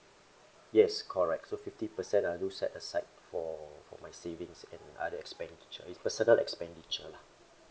yes correct so fifty percent I do set aside for for my savings and other expenditure is personal expenditure lah